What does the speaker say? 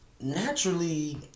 naturally